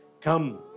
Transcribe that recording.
Come